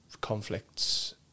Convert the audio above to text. conflicts